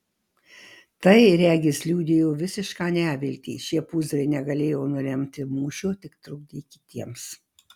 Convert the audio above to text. tai regis liudijo visišką neviltį šie pūzrai negalėjo nulemti mūšio tik trukdė kitiems